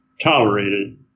tolerated